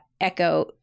echo